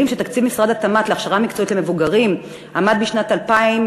שתקציב משרד התמ"ת להכשרה מקצועית למבוגרים בשנת 2000,